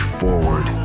forward